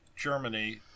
Germany